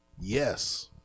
Yes